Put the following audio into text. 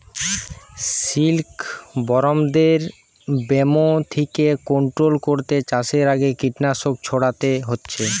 সিল্কবরমদের ব্যামো থিকে কন্ট্রোল কোরতে চাষের আগে কীটনাশক ছোড়াতে হচ্ছে